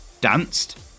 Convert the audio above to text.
danced